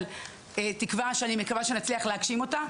אבל תקווה שאני מקווה שנצליח להגשים אותה.